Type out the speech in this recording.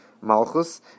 malchus